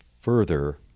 further